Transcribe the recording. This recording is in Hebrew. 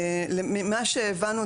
ממה שהבנו,